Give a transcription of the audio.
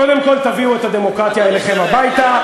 קודם כול תביאו את הדמוקרטיה אליכם הביתה,